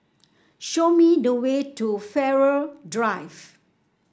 show me the way to Farrer Drive